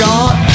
God